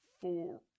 four